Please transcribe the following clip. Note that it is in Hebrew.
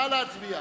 נא להצביע.